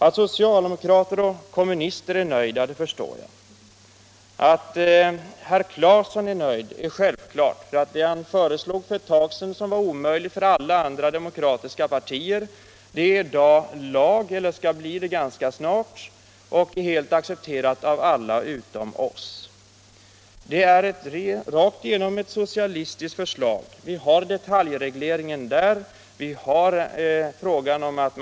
Att socialdemokrater och kommunister är nöjda förstår jag. Att herr Claeson är nöjd är självklart. Det han föreslog för ett tag sedan, som var omöjligt för alla andra demokratiska partier, skall snart bli lag och är helt accepterat av alla utom oss moderater. Det är ett rakt igenom socialistiskt förslag. Detaljregleringen finns där.